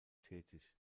tätig